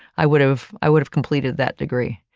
i would have i would have completed that degree.